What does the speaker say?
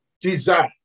desire